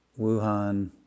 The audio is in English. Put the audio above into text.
Wuhan